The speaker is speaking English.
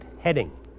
heading